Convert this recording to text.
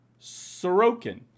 Sorokin